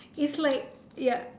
it's like ya